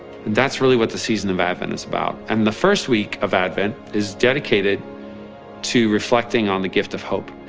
that's really what the season of advent is about. and the first week of advent, is dedicated to reflecting on the gift of hope.